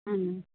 ம்